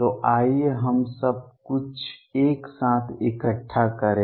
तो आइए हम सब कुछ एक साथ इकट्ठा करें